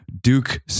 Duke